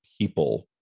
people